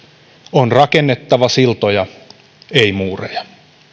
on rakennettava siltoja ei muureja